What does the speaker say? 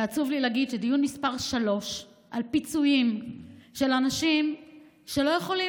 ועצוב לי להגיד שדיון מס' 3 על פיצויים לאנשים שלא יכולים